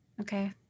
Okay